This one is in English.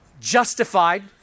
justified